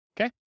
Okay